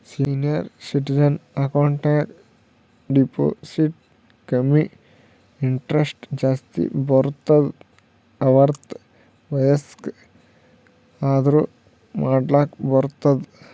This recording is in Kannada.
ಸೀನಿಯರ್ ಸಿಟಿಜನ್ ಅಕೌಂಟ್ ನಾಗ್ ಡೆಪೋಸಿಟ್ ಕಮ್ಮಿ ಇಂಟ್ರೆಸ್ಟ್ ಜಾಸ್ತಿ ಬರ್ತುದ್ ಅರ್ವತ್ತ್ ವಯಸ್ಸ್ ಆದೂರ್ ಮಾಡ್ಲಾಕ ಬರ್ತುದ್